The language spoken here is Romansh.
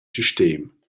sistem